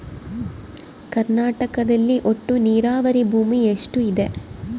ಕರ್ನಾಟಕದಲ್ಲಿ ಒಟ್ಟು ನೇರಾವರಿ ಭೂಮಿ ಎಷ್ಟು ಇದೆ?